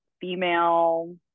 female